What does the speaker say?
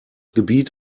gebiet